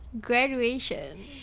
graduation